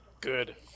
Good